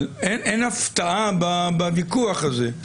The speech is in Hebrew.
אין הפתעה בוויכוח הזה.